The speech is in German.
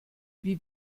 wie